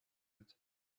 and